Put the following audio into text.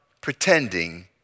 pretending